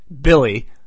Billy